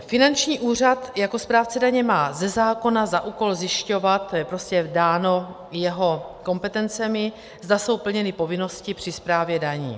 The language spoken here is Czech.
Finanční úřad jako správce daně má ze zákona za úkol zjišťovat, to je prostě dáno jeho kompetencemi, zda jsou plněny povinnosti při správě daní.